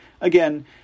again